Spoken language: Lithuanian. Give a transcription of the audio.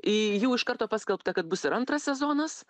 jų iš karto paskelbta kad bus ir antras sezonas